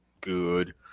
good